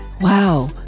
Wow